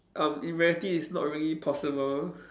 um in reality it's not really possible